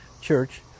church